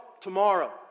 tomorrow